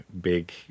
big